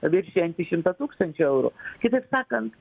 viršijantį šimtą tūkstančių eurų kitaip sakant